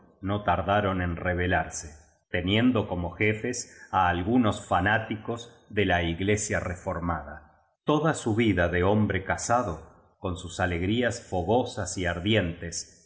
emperador notardaron en rebelarse teniendo como jefes á algunos fanáticos de la iglesia reformada toda su vida de hombre casado con sus alegrías fogosas y ardientes